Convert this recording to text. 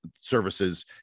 services